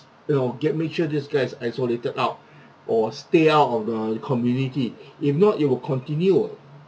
you know get make sure this guy is isolated out or stay out of the community if not it will continue